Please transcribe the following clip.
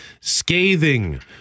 scathing